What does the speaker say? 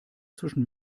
zwischen